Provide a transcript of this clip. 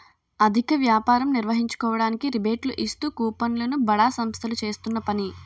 అధిక వ్యాపారం నిర్వహించుకోవడానికి రిబేట్లు ఇస్తూ కూపన్లు ను బడా సంస్థలు చేస్తున్న పని